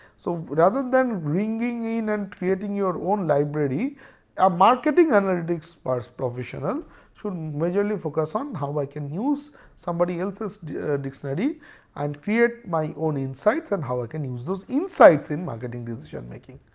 so rather than bringing in and creating your own library a marketing analytics but professional should majorly focus on how i can use somebody else dictionary and create my own insights and how i can use those insights in marketing decision-making.